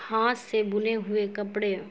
ہاتھ سے بنے ہوئے کپڑے